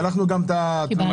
שלחנו גם את התלונה.